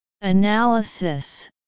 Analysis